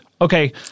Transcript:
Okay